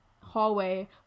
hallway